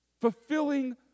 fulfilling